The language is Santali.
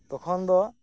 ᱛᱚᱠᱷᱚᱱ ᱫᱚ